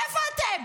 איפה אתם?